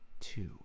two